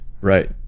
Right